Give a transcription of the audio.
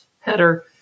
header